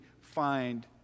find